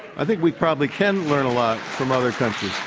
i think we probably can learn a lot from other countries.